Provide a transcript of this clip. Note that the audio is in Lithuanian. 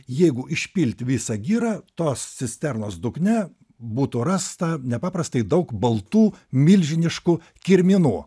jeigu išpilti visą girą tos cisternos dugne būtų rasta nepaprastai daug baltų milžiniškų kirminų